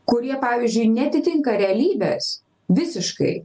kurie pavyzdžiui neatitinka realybės visiškai